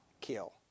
kill